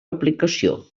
aplicació